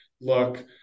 look